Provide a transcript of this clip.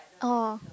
oh